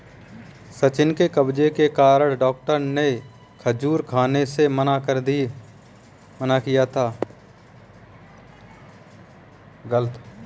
सचिन को कब्ज के कारण डॉक्टर ने खजूर खाने से मना किया